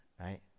right